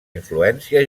influència